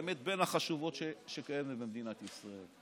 באמת בין החשובות שקיימת במדינת ישראל.